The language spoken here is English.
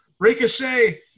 Ricochet